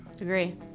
Agree